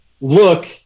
look